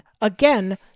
Again